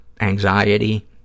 anxiety